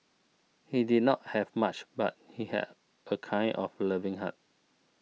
he did not have much but he had a kind of loving heart